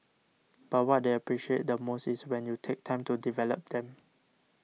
but what they appreciate the most is when you take time to develop them